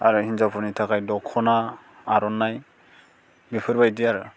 आरो हिन्जावफोरनि थाखाय दख'ना आर'नाइ बेफोर बायदि आरो